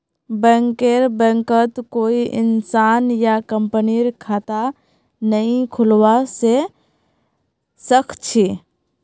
बैंकरेर बैंकत कोई इंसान या कंपनीर खता नइ खुलवा स ख छ